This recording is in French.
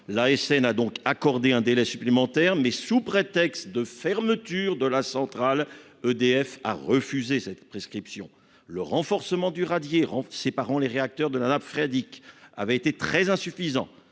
L'ASN a donc accordé un délai supplémentaire, mais, sous prétexte de fermeture de la centrale, EDF a refusé cette prescription. Le renforcement du radier séparant les réacteurs de la nappe phréatique avait été très insuffisant